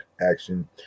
action